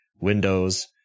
Windows